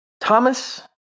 Thomas